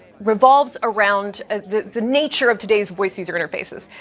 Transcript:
revolves around the the nature of today's voice-user interfaces.